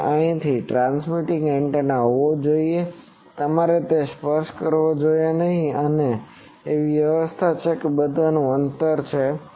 ત્યાં એક transmitting antenna હોવો જોઈએ તમારે તે સ્પર્શ કરવો જોઈએ નહીં કે ત્યાં એવી વ્યવસ્થા છે કે તે બધી વસ્તુઓનું અંતર છે